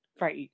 right